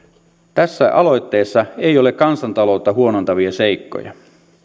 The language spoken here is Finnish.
tässä aloitteessa ei ole kansantaloutta huonontavia seikkoja